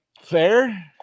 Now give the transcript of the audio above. Fair